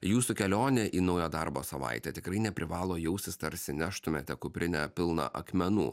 jūsų kelionė į naują darbo savaitę tikrai neprivalo jaustis tarsi neštumėte kuprinę pilną akmenų